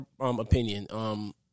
opinion